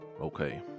Okay